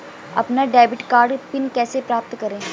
अपना debit card PIN कैसे प्राप्त करें?